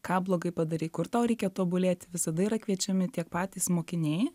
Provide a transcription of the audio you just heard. ką blogai padarei kur tau reikia tobulėti visada yra kviečiami tiek patys mokiniai